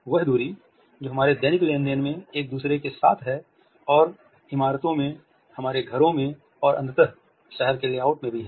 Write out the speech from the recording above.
वह दूरी जो हमारे दैनिक लेनदेन में एक दूसरे के साथ है और इमारतों में हमारे घरों में और अंततः शहर के लेआउट में भी है